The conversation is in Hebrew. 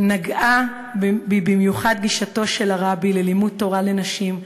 נגעה בי במיוחד גישתו של הרבי ללימוד תורה לנשים,